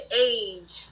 age